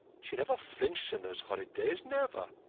she never flinched in those horrid days, never.